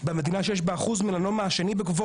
במדינה שיש בה אחוז מלנומה השני בגובהו